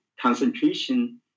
concentration